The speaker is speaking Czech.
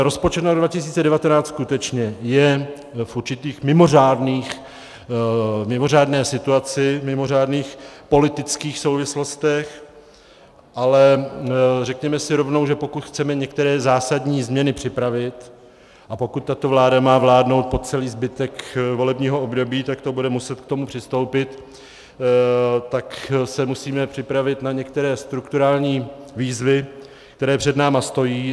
Rozpočet na rok 2019 skutečně je v určité mimořádné situaci, v mimořádných politických souvislostech, ale řekněme si rovnou, že pokud chceme některé zásadní změny připravit a pokud tato vláda má vládnout po celý zbytek volebního období, takto bude muset k tomu přistoupit, tak se musíme připravit na některé strukturální výzvy, které před námi stojí.